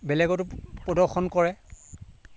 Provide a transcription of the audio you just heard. বেলেগতো প্ৰদৰ্শন কৰে